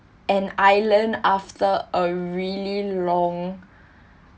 an island after a really long